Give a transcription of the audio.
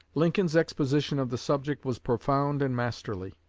lincoln's exposition of the subject was profound and masterly.